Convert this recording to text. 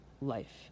life